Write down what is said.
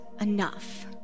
enough